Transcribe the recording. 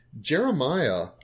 Jeremiah